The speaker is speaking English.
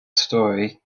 story